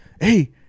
Hey